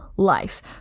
Life